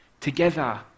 Together